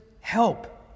help